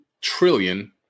trillion